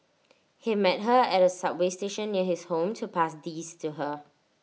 he met her at A subway station near his home to pass these to her